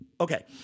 Okay